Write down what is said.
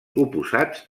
oposats